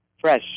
fresh